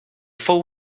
fou